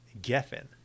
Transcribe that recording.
Geffen